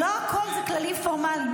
לא הכול זה כללים פורמליים.